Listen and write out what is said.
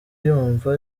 yumva